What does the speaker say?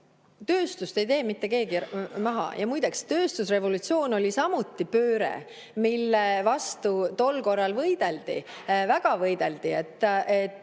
Tööstust ei tee mitte keegi maha ja muideks, tööstusrevolutsioon oli samuti pööre, mille vastu tol korral võideldi, väga võideldi, et